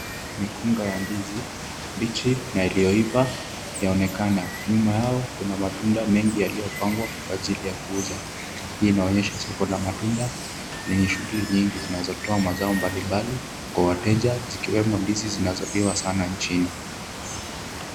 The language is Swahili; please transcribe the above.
Mikunga ya ndizi, mbichi na iliyoiva yaonekana. Nyuma yao kuna matunda mengi yaliopangwa kwa ajili ya kuuza. Hii inaonyesha soko la matunda, lenye shughuli nyingi zinazotoa mazao mbalimbali, kwa wateja, zikiwemo ndizi zinazoliwa sana nchini.